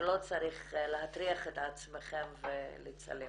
שלא צריך להטריח את עצמכם ולצלם.